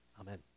Amen